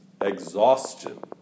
exhaustion